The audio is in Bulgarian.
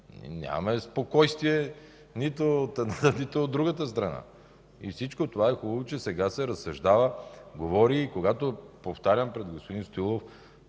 нито от едната, нито от другата страна. И всичко това е хубаво, че сега се разсъждава, говори и когато, повтарям пред господин Стоилов,